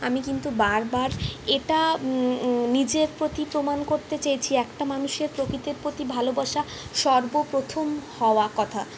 আমি কিন্তু বারবার এটা নিজের প্রতি প্রমাণ করতে চেয়েছি একটা মানুষের প্রকৃতির প্রতি ভালোবাসা সর্বপ্রথম হওয়া কথা